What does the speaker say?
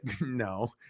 no